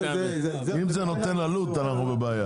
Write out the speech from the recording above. עם זה גורם לעלות, אנחנו בבעיה.